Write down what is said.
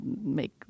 make